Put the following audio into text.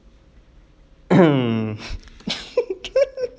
hmm